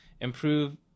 improve